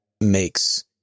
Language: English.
makes